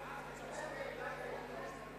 (קוראת בשמות חברי הכנסת)